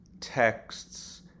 texts